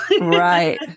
Right